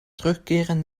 terugkeren